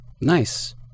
Nice